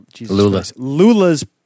Lula's